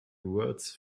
words